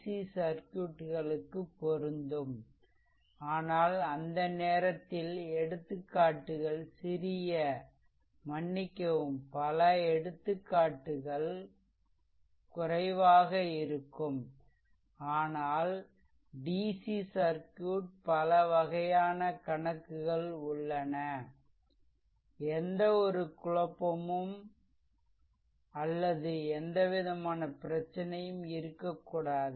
C சர்க்யூட்களுக்கு பொருந்தும் ஆனால் அந்த நேரத்தில் எடுத்துக்காட்டுகள் சிறிய மன்னிக்கவும் பல எடுத்துக்காட்டுகள் குறைவாக இருக்கும் ஆனால் டிசி சர்க்யூட் பல வகையான கணக்குகள் உள்ளது எந்தவொரு குழப்பமும் அல்லது எந்தவிதமான பிரச்சினையும் இருக்கக்கூடாது